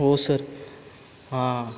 हो सर हां